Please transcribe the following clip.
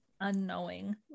unknowing